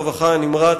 הרווחה והבריאות הנמרץ,